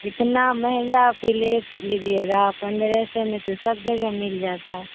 اتنا مہنگا پلیٹ لیجیے گا پندرہ سو میں تو سب جگہ مل جاتا ہے